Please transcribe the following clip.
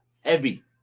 Heavy